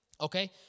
Okay